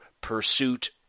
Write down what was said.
pursuit